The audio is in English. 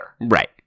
Right